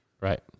Right